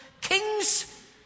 Kings